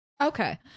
Okay